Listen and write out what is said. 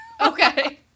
okay